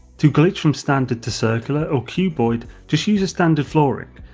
to glitch from standard to circular or cuboid, just use a standard flooring,